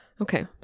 Okay